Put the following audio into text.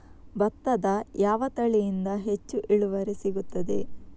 ಭತ್ತದ ಯಾವ ತಳಿಯಿಂದ ಹೆಚ್ಚು ಇಳುವರಿ ಸಿಗುತ್ತದೆ?